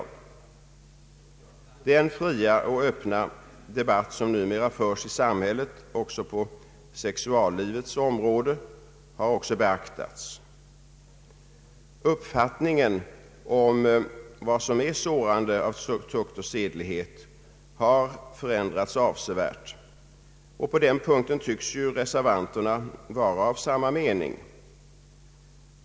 Även den fria och öppna debatt som numera förs i samhället också på sexuallivets område har beaktats. Uppfattningen om vad som är sårande av tukt och sedlighet har förändrats avsevärt, och på den punkten tycks ju reservanterna vara av samma mening.